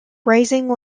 rising